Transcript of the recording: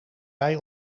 bij